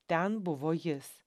ten buvo jis